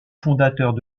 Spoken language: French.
fondateurs